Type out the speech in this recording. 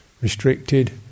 restricted